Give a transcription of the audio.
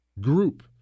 group